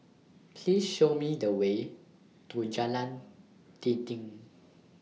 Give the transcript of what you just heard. Please Show Me The Way to Jalan Dinding